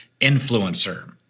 Influencer